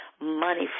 money